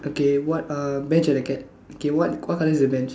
okay what are bench or the cat okay what what colour is the bench